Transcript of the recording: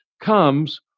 comes